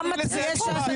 גם מצביעי ש"ס,